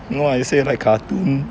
no I say like cartoon